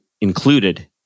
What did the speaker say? included